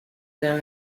pero